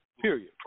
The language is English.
period